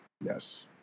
Yes